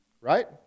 Right